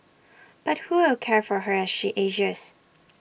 but who will care for her as she ages